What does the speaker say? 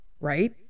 Right